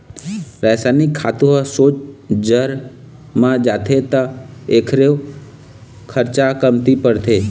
रसइनिक खातू ह सोझ जर म जाथे त एखरो खरचा कमती परथे